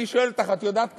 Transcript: אני שואל אותך: את יודעת כמה?